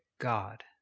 God